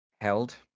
held